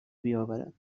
بیاورد